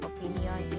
Opinion